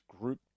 group